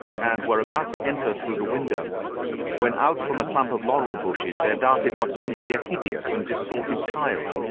and were about to enter through the window when out from a clump of laurel bushes there darted what seemed to be a hideous and distorted child,